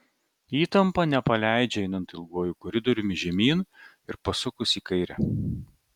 įtampa nepaleidžia einant ilguoju koridoriumi žemyn ir pasukus į kairę